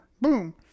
Boom